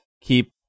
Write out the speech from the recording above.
keep